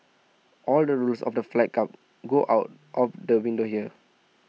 all the rules of the fight club go out of the window here